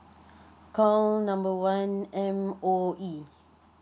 call number one M_O_E